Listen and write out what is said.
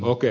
okei